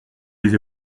les